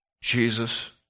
Jesus